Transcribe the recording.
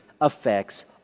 affects